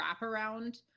wraparound